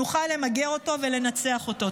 נוכל למגר אותו ולנצח אותו.